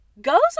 goes